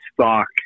stock